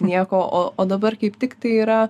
nieko o o dabar kaip tik tai yra